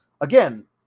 again